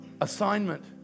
assignment